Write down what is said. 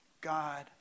God